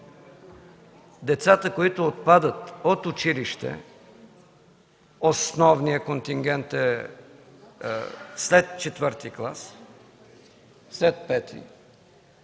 децата, които отпадат от училище, основният контингент е след пети клас, какъв